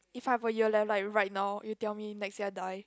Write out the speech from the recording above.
if I've a year left like right now you tell me next year die